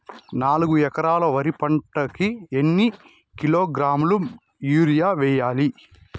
నాలుగు ఎకరాలు వరి పంటకి ఎన్ని కిలోగ్రాముల యూరియ వేయాలి?